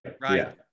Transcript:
right